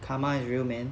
karma is real man